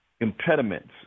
impediments